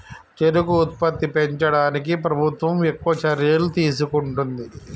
చెరుకు ఉత్పత్తి పెంచడానికి ప్రభుత్వం ఎక్కువ చర్యలు తీసుకుంటుంది